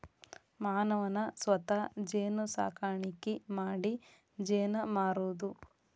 ಮಾನವನ ಸ್ವತಾ ಜೇನು ಸಾಕಾಣಿಕಿ ಮಾಡಿ ಜೇನ ಮಾರುದು